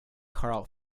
carl